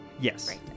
Yes